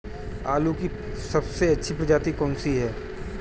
आलू की सबसे अच्छी प्रजाति कौन सी है?